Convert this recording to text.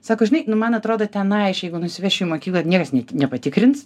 sako žinai nu man atrodo tenai aš jeigu nusivešiu į mokyklą niekas nepatikrins